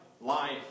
life